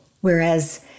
whereas